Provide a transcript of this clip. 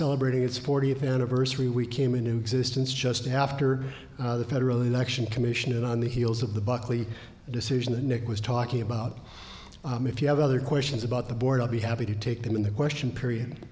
celebrating its fortieth anniversary we came into existence just after the federal election commission and on the heels of the buckley decision it was talking about if you have other questions about the board i'll be happy to take them in the question period